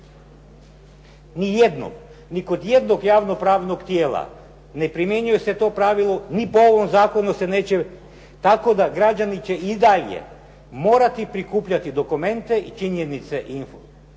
Niti jedno, ni kod jednog javno pravnog tijela ne primjenjuje se to pravilo, ni po ovom zakonu se neće. Tako da građani će i dalje morati prikupljati dokumente i činjenice i